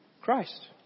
Christ